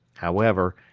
however,